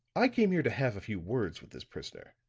i came here to have a few words with this prisoner,